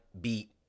beat